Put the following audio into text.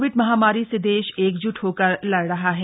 Covid महामारी से देश एकजुट होकर लड़ रहा है